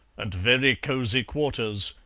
and very cosy quarters,